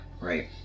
right